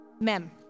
Mem